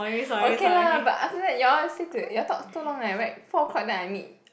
okay lah but after that you all still to you all talk too long leh right four o-clock then I meet